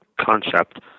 concept